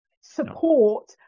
support